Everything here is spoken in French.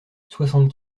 soixante